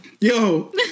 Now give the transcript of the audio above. Yo